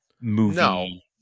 movie